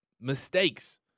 mistakes